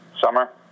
summer